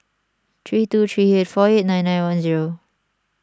three two three eight four eight nine nine one zero